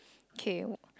kay wh~